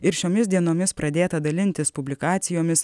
ir šiomis dienomis pradėta dalintis publikacijomis